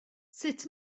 sut